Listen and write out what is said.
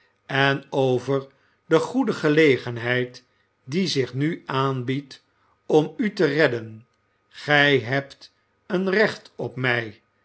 en over de goede gelegenheid die zich nu aanbiedt om u i te redden gij hebt een recht op mij